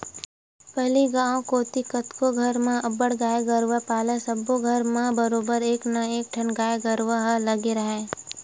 पहिली गांव कोती कतको घर म अब्बड़ गाय गरूवा पालय सब्बो घर म बरोबर एक ना एकठन गाय गरुवा ह लगते राहय